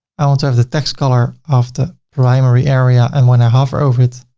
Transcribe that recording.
i want to have the text color of the primary area and when i hover over it,